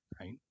right